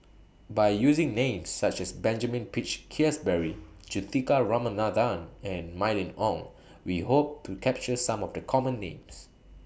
By using Names such as Benjamin Peach Keasberry Juthika Ramanathan and Mylene Ong We Hope to capture Some of The Common Names